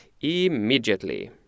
Immediately